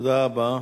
תודה רבה.